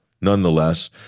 nonetheless